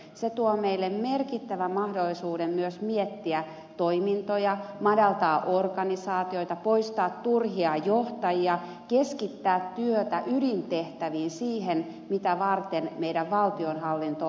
se tuo meille merkittävän mahdollisuuden myös miettiä toimintoja madaltaa organisaatioita poistaa turhia johtajia keskittää työtä ydintehtäviin siihen mitä varten meidän valtionhallintomme on olemassa